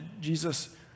Jesus